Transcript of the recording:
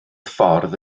ffordd